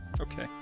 Okay